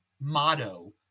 motto